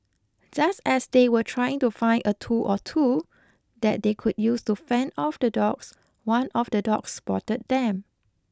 just as they were trying to find a tool or two that they could use to fend off the dogs one of the dogs spotted them